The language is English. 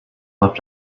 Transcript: left